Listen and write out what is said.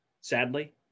sadly